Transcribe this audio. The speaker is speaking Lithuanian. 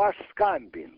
aš skambinu